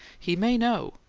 he may know,